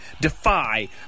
Defy